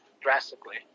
drastically